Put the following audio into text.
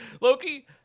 Loki